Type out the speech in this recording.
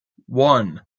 one